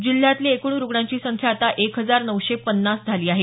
जिल्ह्यातली एकूण रुग्णांची संख्या आता एक हजार नऊशे पन्नास झाली आहे